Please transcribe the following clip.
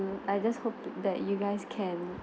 ~o I just hope that you guys can